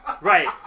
Right